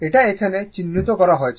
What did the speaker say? এটা এখানে চিহ্নিত করা হয়েছে